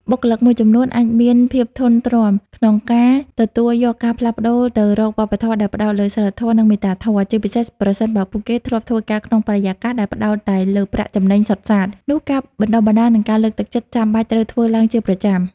បុគ្គលិកមួយចំនួនអាចមាន ភាពធន់ទ្រាំ ក្នុងការទទួលយកការផ្លាស់ប្ដូរទៅរកវប្បធម៌ដែលផ្ដោតលើសីលធម៌ និងមេត្តាធម៌ ជាពិសេសប្រសិនបើពួកគេធ្លាប់ធ្វើការក្នុងបរិយាកាសដែលផ្ដោតតែលើប្រាក់ចំណេញសុទ្ធសាធ នោះការបណ្ដុះបណ្ដាល និងការលើកទឹកចិត្តចាំបាច់ត្រូវធ្វើឡើងជាប្រចាំ។